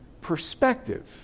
perspective